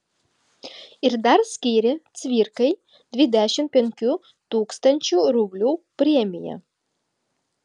ir dar skyrė cvirkai dvidešimt penkių tūkstančių rublių premiją